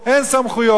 אין כוהן,